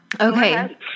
Okay